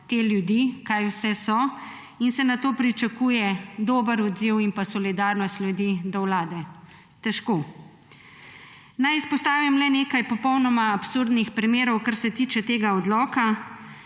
te ljudi, kaj vse so in se nato pričakuje dober odziv in pa solidarnost ljudi do vlade. Težko. Naj izpostavim le nekaj popolnoma absurdnih primerov, kar se tiče tega odloka.